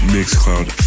Mixcloud